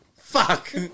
Fuck